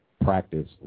practice